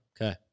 Okay